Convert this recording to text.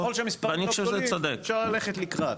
ככל שהמספרים לא גדולים, אפשר ללכת לקראת,